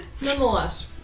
Nonetheless